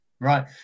Right